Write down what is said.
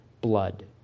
blood